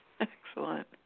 Excellent